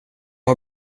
har